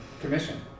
commission